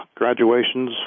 graduations